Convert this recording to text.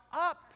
up